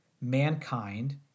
mankind